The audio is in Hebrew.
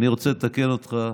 אני רוצה לתקן אותך,